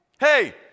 Hey